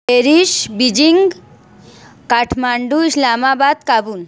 Paris Beijing Kathmandu Islamabad Kabul